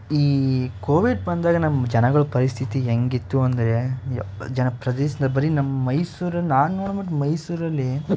ಈ ಕೋವಿಡ್ ಬಂದಾಗ ನಮ್ಮ ಜನಗಳ ಪರಿಸ್ಥಿತಿ ಹೇಗಿತ್ತು ಅಂದರೆ ಯಪ್ಪ ಜನ ಪ್ರದೇಶದ ಬರೀ ನಮ್ಮ ಮೈಸೂರು ನಾನು ನೋಡೋದು ಮಟ್ಟ ಮೈಸೂರಲ್ಲಿ